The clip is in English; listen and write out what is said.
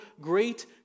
great